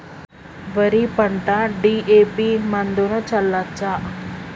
వరి పంట డి.ఎ.పి మందును చల్లచ్చా?